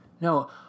No